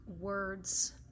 words